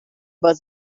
but